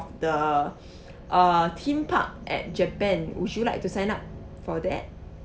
the uh theme park at japan would you like to sign up for that